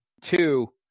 Two